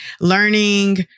Learning